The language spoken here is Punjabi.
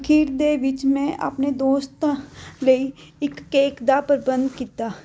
ਅਖੀਰ ਦੇ ਵਿੱਚ ਮੈਂ ਆਪਣੇ ਦੋਸਤਾਂ ਲਈ ਇੱਕ ਕੇਕ ਦਾ ਪ੍ਰਬੰਧ ਕੀਤਾ